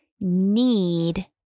need